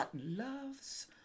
loves